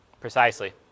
Precisely